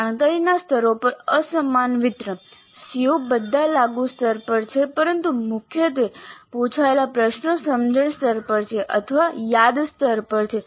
જાણકારીના સ્તરો પર અસમાન વિતરણ CO બધા લાગુ સ્તર પર છે પરંતુ મુખ્યત્વે પૂછાયેલા પ્રશ્નો સમજણ સ્તર પર છે અથવા યાદ સ્તર પર છે